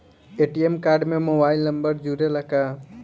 ATM card में mobile number जुरेला का?